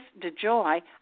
DeJoy